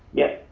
yep,